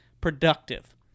productive